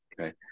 Okay